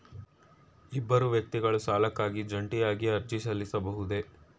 ಇಬ್ಬರು ವ್ಯಕ್ತಿಗಳು ಸಾಲಕ್ಕಾಗಿ ಜಂಟಿಯಾಗಿ ಅರ್ಜಿ ಸಲ್ಲಿಸಬಹುದೇ?